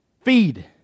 feed